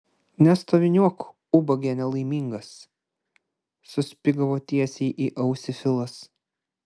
nestoviniuok ubage nelaimingas suspigdavo tiesiai į ausį filas